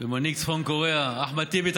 ומנהיג צפון קוריאה, אחמד טיבי,